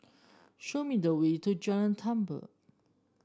show me the way to Jalan Tambur